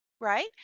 Right